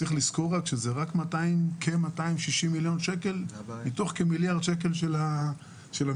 צריך לזכור שזה רק כ-260 מיליון שקל מתוך כמיליארד שקל של המשרד.